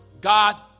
God